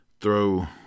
throw